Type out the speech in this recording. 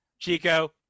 Chico